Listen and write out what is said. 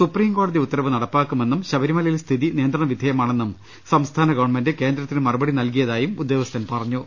സുപ്രീംകോടതി ഉത്തരവ് നടപ്പാക്കുമെന്നും ശബരിമലയിൽ സ്ഥിതി നിയ ന്ത്രണവിധേയമാണെന്നും സംസ്ഥാന ഗവൺമെന്റ് കേന്ദ്രത്തിന് മറുപടി നൽകിയതായും ഉദ്യോഗസ്ഥൻ പറഞ്ഞു